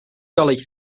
jolly